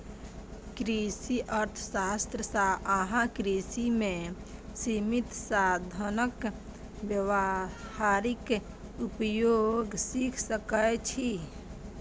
कृषि अर्थशास्त्र सं अहां कृषि मे सीमित साधनक व्यावहारिक उपयोग सीख सकै छी